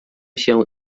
się